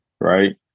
right